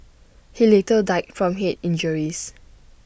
he later died from Head injuries